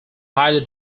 highly